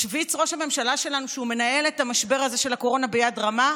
משוויץ ראש הממשלה שלנו שהוא מנהל את המשבר הזה של הקורונה ביד רמה.